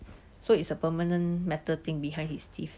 so it's a permanent metal thing behind his teeth